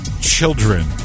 children